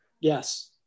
yes